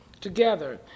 together